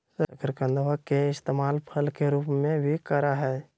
शकरकंदवा के इस्तेमाल फल के रूप में भी करा हई